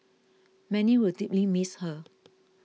many will deeply miss her